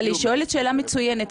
אבל היא שואלת שאלה מצוינת,